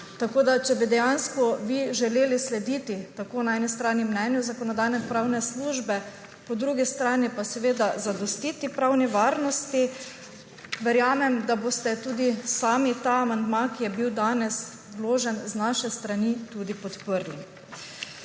Tako da če bi dejansko vi želeli na eni strani slediti mnenju Zakonodajno-pravne službe, po drugi strani pa zadostiti pravni varnosti, verjamem, da boste tudi sami ta amandma, ki je bil danes vložen z naše strani, podprli.